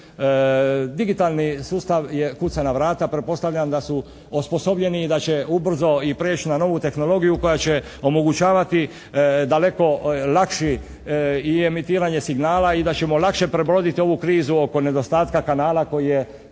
Digitalni sustav je, kuca na vrata. Pretpostavljam da su osposobljeni i da će ubrzo i prijeći na novu tehnologiju koja će omogućavati daleko lakši i emitiranje signala i da ćemo lakše prebroditi ovu krizu oko nedostatka kanala koji je